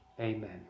Amen